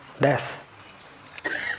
death